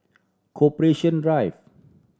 Corporation Drive